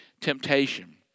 temptation